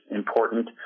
important